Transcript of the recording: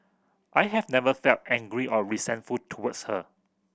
I have never felt angry or resentful towards her